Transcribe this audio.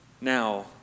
now